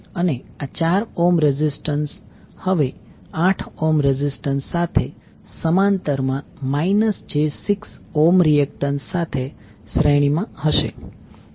અને આ 4 ohm resistance હવે 8 ઓહ્મ રેઝિસ્ટન્સ સાથે સમાંતરમાં j6 ઓહ્મ રિએક્ટન્ટ સાથે શ્રેણીમાં હશે